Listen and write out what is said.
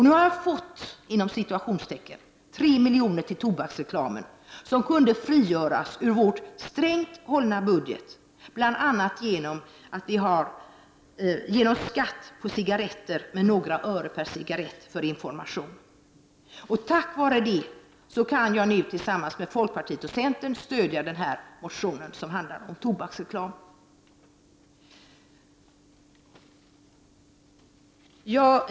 Nu har jag ”fått” tre miljoner till tobaksreklamen som kunde frigöras ur vår strängt hållna budget, bl.a. genom skatten på några ören per cigarett för information. Tack vare det kan jag nu tillsammans med folkpartiet och centern stödja den här motionen som handlar om tobaksreklam.